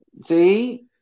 See